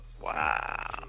Wow